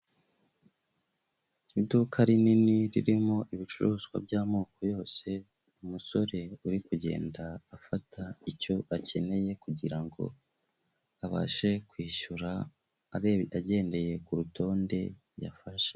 Iduka rinini ririmo ibicuruzwa by'amoko yose umusore uri kugenda afata icyo akeneye kugirango abashe kwishyura agendeye ku rutonde yafashe.